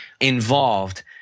involved